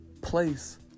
place